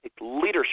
leadership